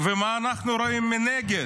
ומה אנחנו רואים מנגד